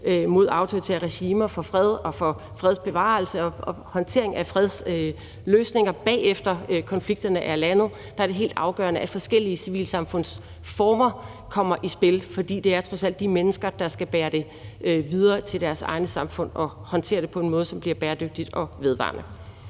mod autoritære regimer, for fred og for fredsbevarelse og håndteringen af fredsløsninger, bagefter konflikterne er landet, er det helt afgørende, at forskellige civilsamfundsformer kommer i spil, for det er trods alt de mennesker, der skal bære det videre til deres egne samfund og håndtere det på en måde, så det bliver bæredygtigt og vedvarende.